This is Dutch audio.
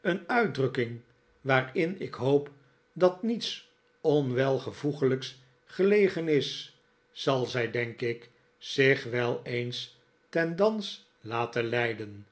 een uitdrukking waarin ik hoop dat niets onwelvoeglijks gelegen is zal zij denk ik zich wel eens ten dans laten leiden